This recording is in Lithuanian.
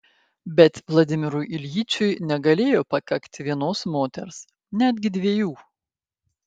bet vladimirui iljičiui negalėjo pakakti vienos moters netgi dviejų